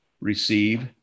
receive